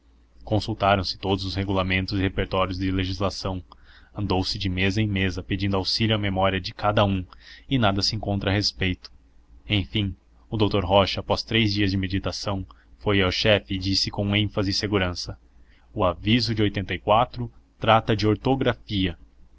rocha consultaram se todos os regulamentos e repertórios de legislação andou se de mesa em mesa pedindo auxílio à memória de cada um e nada se encontrara a respeito enfim o doutor rocha após três dias de meditação foi ao chefe e disse com ênfase e segurança o aviso de trata de ortografia